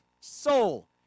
Soul